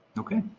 okay!